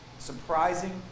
Surprising